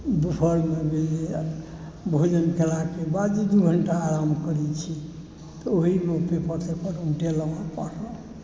दुपहरमे भेल भोजन केलाक बाद दू घण्टा आराम करै छी ओहिमे पेपर तेपर उलटेलहुँ पढलहुँ